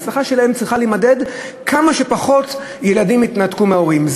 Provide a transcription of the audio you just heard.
ההצלחה שלהם צריכה להימדד: כמה שפחות ילדים יתנתקו מההורים.